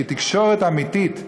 כי תקשורת אמיתית,